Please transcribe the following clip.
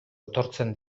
etortzen